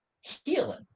healing